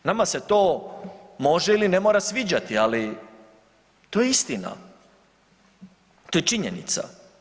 Nama se može ili ne mora sviđati, ali to je istina, to je činjenica.